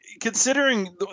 considering